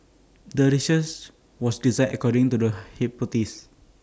the research was designed according to the hypothesis